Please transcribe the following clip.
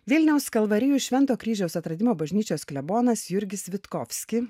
vilniaus kalvarijų švento kryžiaus atradimo bažnyčios klebonas jurgis vitkovski